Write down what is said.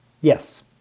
Yes